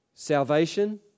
Salvation